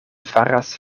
faras